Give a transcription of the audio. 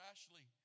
Ashley